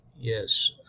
Yes